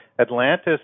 Atlantis